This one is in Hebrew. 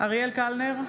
אריאל קלנר,